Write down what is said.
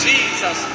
Jesus